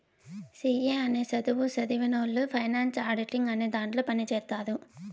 C A అనే సధువు సదివినవొళ్ళు ఫైనాన్స్ ఆడిటింగ్ అనే దాంట్లో పని చేత్తారు